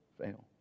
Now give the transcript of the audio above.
fail